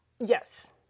yes